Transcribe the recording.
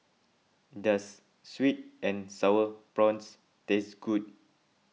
does Sweet and Sour Prawns taste good